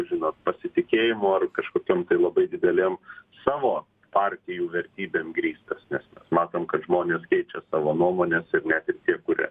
žinot pasitikėjimo ar kažkokiom tai labai didelėm savo partijų vertybėm grįstas nes matom kad žmonės keičia savo nuomones ir net ir tie kurie